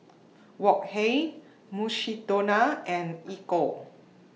Wok Hey Mukshidonna and Ecco